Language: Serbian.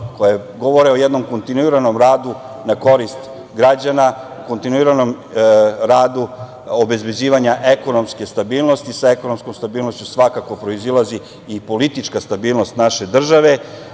koji govore o jednom kontinuiranom radu na korist građana, kontinuiranom radu obezbeđivanja ekonomske stabilnosti, sa ekonomskom stabilnošću svakako proizilazi i politička stabilnost naše države,